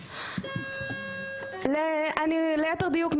ליתר דיוק,